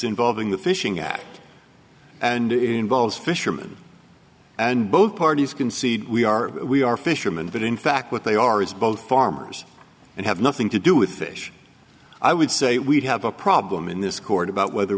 involving the fishing at and it involves fisherman and both parties concede we are we are fishermen but in fact what they are is both farmers and have nothing to do with ish i would say we have a problem in this court about whether